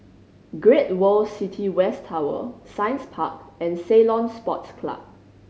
Great World City West Tower Science Park and Ceylon Sports Club